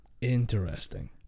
Interesting